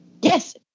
Yes